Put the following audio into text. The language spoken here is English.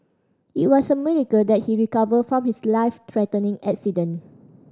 it was a miracle that he recovered from his life threatening accident